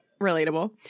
relatable